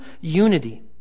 Unity